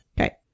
Okay